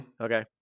Okay